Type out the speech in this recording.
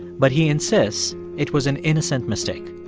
but he insists it was an innocent mistake.